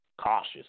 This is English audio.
cautious